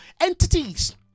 entities